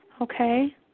Okay